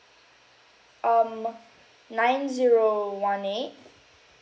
um nine zero one eight